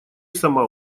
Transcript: сама